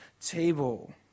table